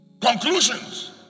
conclusions